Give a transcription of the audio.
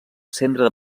centre